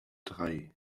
drei